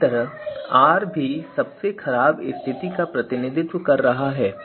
इसी तरह R भी सबसे खराब स्थिति का प्रतिनिधित्व कर रहा है